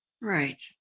Right